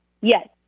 Yes